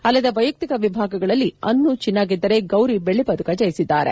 ಅಲ್ಲದೆ ವೈಯಕ್ತಿಯ ವಿಭಾಗಗಳಲ್ಲಿ ಅನ್ನು ಚಿನ್ನ ಗೆದ್ದರೆ ಗೌರಿ ಬೆಳ್ಳಿ ಪದಕ ಜಯಿಸಿದ್ದಾರೆ